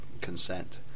consent